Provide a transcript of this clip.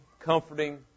comforting